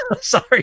Sorry